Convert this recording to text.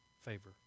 favor